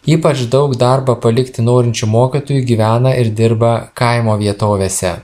ypač daug darbą palikti norinčių mokytojų gyvena ir dirba kaimo vietovėse